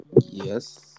Yes